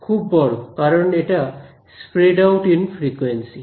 খুব বড় কারণ এটা স্প্রেড আউট ইন ফ্রিকুয়েন্সি